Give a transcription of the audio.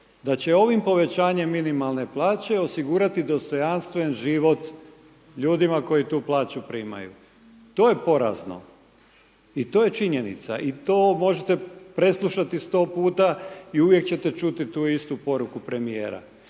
da će ovim povećanjem minimalne plaće osigurati dostojanstven život ljudima koji tu plaću primaju, to je porazno. I to je činjenica i to možete preslušati 100 puta i uvijek ćete čuti tu istu poruku premijera.